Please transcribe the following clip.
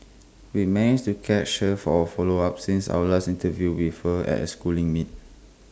we managed to catch her for A follow up since our last interview with her at A schooling meet